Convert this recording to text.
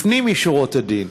לפנים משורת הדין.